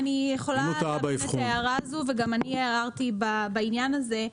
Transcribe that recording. גם אני הערתי בעניין הזה,